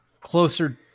closer